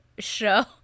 show